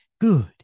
good